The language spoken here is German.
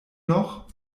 noch